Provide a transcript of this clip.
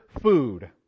food